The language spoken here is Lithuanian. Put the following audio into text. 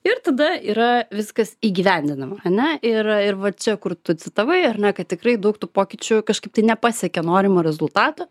ir tada yra viskas įgyvendinama ane ir va čia kur tu citavai ar na kad tikrai daug tų pokyčių kažkaip tai nepasiekė norimo rezultato